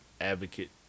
advocate